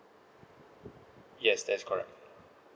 yes that's correct